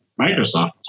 Microsoft